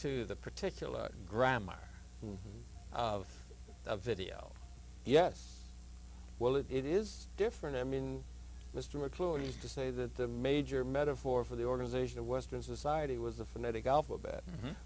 to the particular grammar of a video yes well it is different i mean mr mccloy used to say that the major metaphor for the organization of western society was the phonetic alphabet